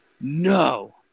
no